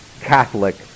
Catholic